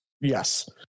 Yes